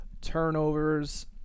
turnovers